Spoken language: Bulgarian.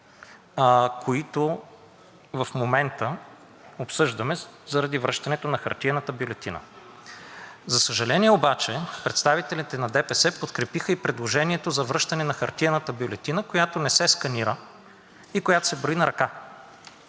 които в момента обсъждаме заради връщането на хартиената бюлетина. За съжаление, представителите на ДПС подкрепиха и предложението за връщане на хартиената бюлетина, която не се сканира и която се брои на ръка.